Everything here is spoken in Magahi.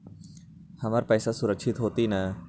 हमर पईसा सुरक्षित होतई न?